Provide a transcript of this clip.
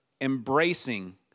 Embracing